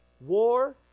War